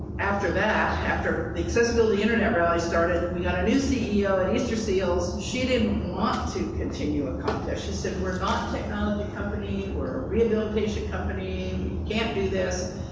after that, after the accessibility internet rally started, we got a new ceo at easter seals. she didn't want to continue a contest. she said we're not a technology company. we're a rehabilitation company. can't do this,